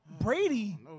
Brady